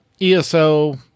ESO